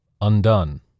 Undone